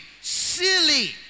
silly